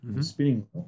Spinning